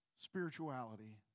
spirituality